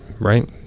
Right